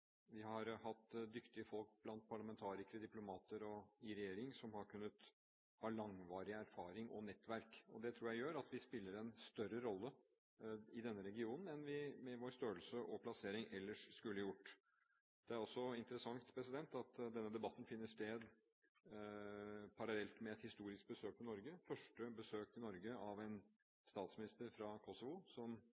vi har hatt dyktige folk blant parlamentarikere og diplomater i regjering som har hatt langvarig erfaring og nettverk. Det tror jeg gjør at vi spiller en større rolle i denne regionen enn vi med vår størrelse og plassering ellers skulle gjort. Det er også interessant at denne debatten finner sted parallelt med et historisk besøk til Norge. Det er det første besøk til Norge av en